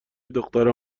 دخترها